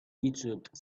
egypt